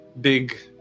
big